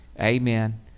Amen